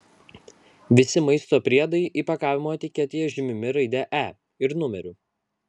visi maisto priedai įpakavimo etiketėje žymimi raide e ir numeriu